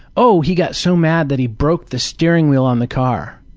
oh he got so mad that he broke the steering wheel on the car.